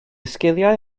sgiliau